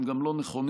הם גם לא נכונים,